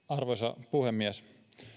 arvoisa puhemies